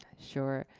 sure.